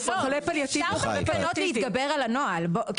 אפשר להתגבר על הנוהל בתקנות.